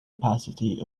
opacity